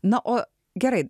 na o gerai